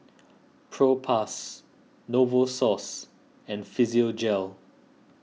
Propass Novosource and Physiogel